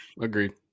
Agreed